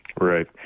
Right